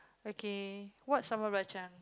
okay what's